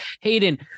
Hayden